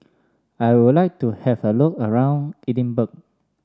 I would like to have a look around Edinburgh